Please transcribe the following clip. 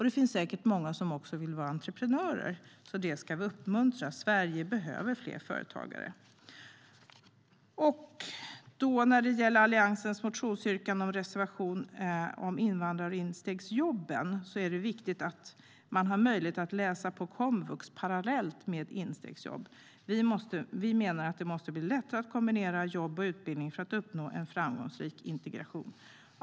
Det finns säkert många som vill vara entreprenörer, och det ska vi uppmuntra. Sverige behöver fler företagare. När det gäller Alliansens motionsyrkande om invandrarinstegsjobben är det viktigt att det finns möjlighet att läsa på komvux parallellt med att man har instegsjobb. Vi menar att det måste bli lättare att kombinera jobb och utbildning för att uppnå en framgångsrik integration.